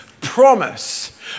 promise